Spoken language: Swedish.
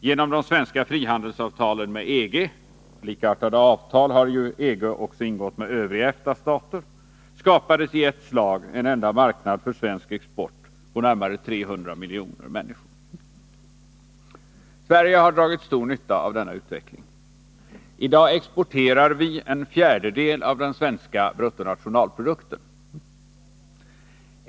Genom de svenska frihandelsavtalen med EG -— likartade avtal har EG ingått även med övriga EFTA-stater — skapades i ett slag en enda marknad för svensk export på närmare 300 miljoner människor. Sverige har dragit stor nytta av denna utveckling. I dag exporterar vi en fjärdedel av den svenska bruttonationalprodukten.